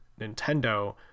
nintendo